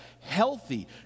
healthy